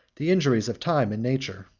the injuries of time and nature.